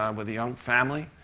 um with a young family,